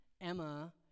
Emma